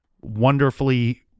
wonderfully